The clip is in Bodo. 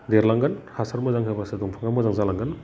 देरलांगोन हासार मोजां जाबासो दंफाङा मोजां जालांगोन